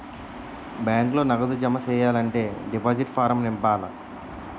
బ్యాంకులో నగదు జమ సెయ్యాలంటే డిపాజిట్ ఫారం నింపాల